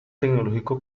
tecnológico